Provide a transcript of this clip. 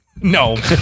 No